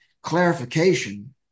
clarification